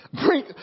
bring